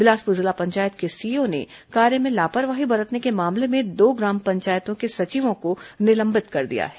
बिलासपुर जिला पंचायत के सीईओ ने कार्य में लापरवाही बरतने के मामले में दो ग्राम पंचायतों के सचिवों को निलंबित कर दिया है